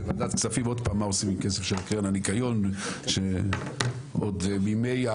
בוועדת כספים עוד פעם מה עושים עם הכספים של קרן הניקיון שעוד מימי,